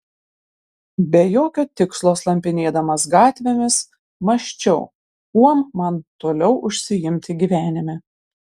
be jokio tikslo slampinėdamas gatvėmis mąsčiau kuom man toliau užsiimti gyvenime